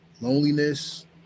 loneliness